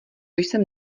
jsem